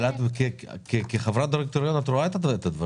אבל כחברת דירקטוריון את רואה את הדברים.